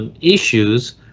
issues